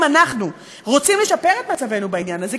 אם אנחנו רוצים לשפר את מצבנו בעניין הזה,